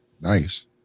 Nice